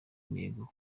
intego